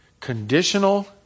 conditional